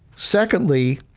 secondly,